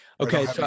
Okay